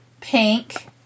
Pink